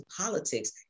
politics